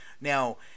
now